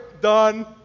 done